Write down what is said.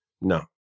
No